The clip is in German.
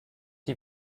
die